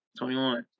21